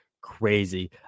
crazy